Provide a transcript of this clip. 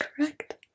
correct